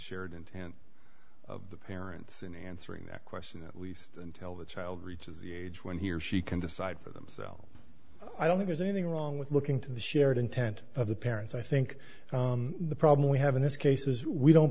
shared intent of the parents in answering that question at least until the child reaches the age when he or she can decide for themselves i don't think there's anything wrong with looking to the shared intent of the parents i think the problem we have in this case is we don't